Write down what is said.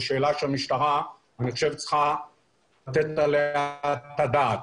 זו שאלה שאני חושב שהמשטרה צריכה לתת עליה את הדעת.